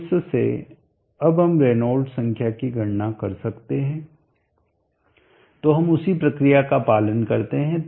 तो इस से हम अब रेनॉल्ड्स संख्या की गणना कर सकते हैंतो हम उसी प्रक्रिया का पालन करते हैं